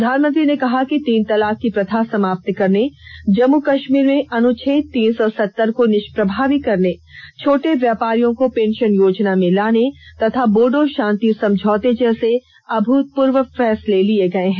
प्रधानमंत्री ने कहा कि तीन तलाक की प्रथा समाप्त करने जम्मू कश्मीर में अनुच्छेद तीन सौ सत्तर को निष्प्रभावी करने छोटे व्यापारियों को पेंशन योजना में लाने तथा बोडो शांति समझौते जैसे अभूतपूर्व फैसले किये गये हैं